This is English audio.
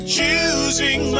choosing